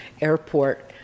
airport